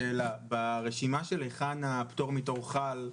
ברשימה של היכן הפטור מתור חל,